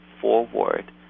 forward